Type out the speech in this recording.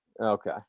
Okay